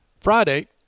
Friday